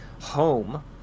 home